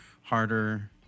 harder